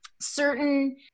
certain